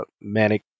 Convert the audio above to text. manic